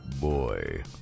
boy